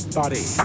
body